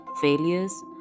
failures